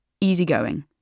easygoing